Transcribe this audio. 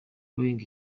boeing